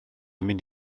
mynd